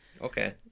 Okay